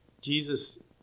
Jesus